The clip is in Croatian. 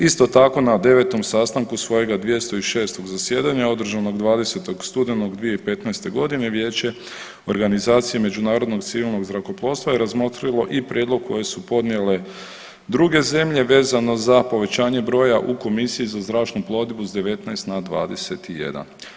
Isto tako, na 9 sastanku svojega 206 zasjedanja održanog 20. studenog 2015. godine Vijeće Organizacije međunarodnog civilnog zrakoplovstva je razmotrilo i prijedlog koje su podnijele druge zemlje vezano za povećanje broja u komisiji za zračnu plovidbu s 19 na 21.